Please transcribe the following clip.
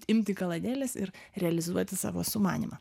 imti kalades ir realizuoti savo sumanymą